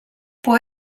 può